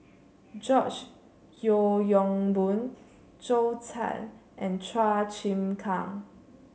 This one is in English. George Yeo Yong Boon Zhou Can and Chua Chim Kang